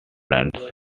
lines